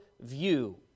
view